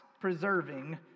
preserving